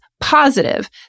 positive